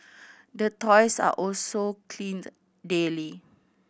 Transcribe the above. the toys are also cleaned daily